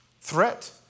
threat